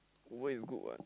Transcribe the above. where you good one